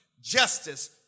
justice